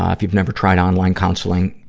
um if you've never tried online counseling,